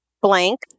blank